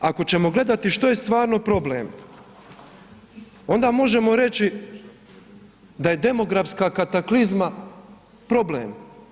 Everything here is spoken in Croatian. Ako ćemo gledati što je stvarno problem, onda možemo reći da je demografska kataklizma problem.